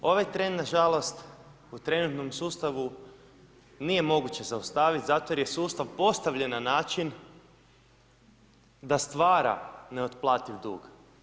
Ovaj trend, na žalost, u trenutnom sustavu nije moguće zaustaviti zato jer je sustav postavljen na način da stvara neotplativ dug.